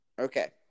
Okay